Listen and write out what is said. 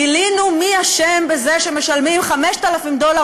גילינו מי אשם בזה שמשלמים 5,000 דולר